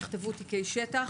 לכל המקומות האלה נכתבו תיקי שטח.